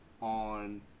on